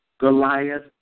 Goliath